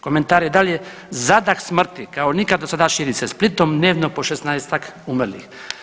Komentar je dalje zadah smrti kao nikad do sada širi se Splitom dnevno po 16-tak umrlih.